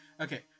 Okay